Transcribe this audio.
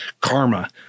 karma